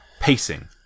Pacing